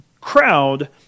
crowd